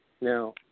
Now